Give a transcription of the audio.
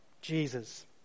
Jesus